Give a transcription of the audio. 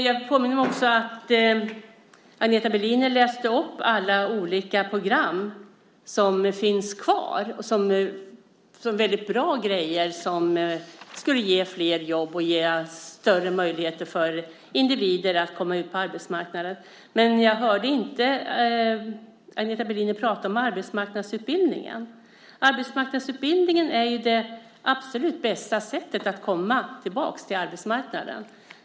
Jag påminner mig att Agneta Berliner läste upp alla olika program som finns kvar som väldigt bra grejer som skulle ge flera jobb och större möjligheter för individer att komma ut på arbetsmarknaden. Men jag hörde inte Agneta Berliner prata om arbetsmarknadsutbildningen. Arbetsmarknadsutbildningen är ju det absolut bästa sättet att komma tillbaka till arbetsmarknaden.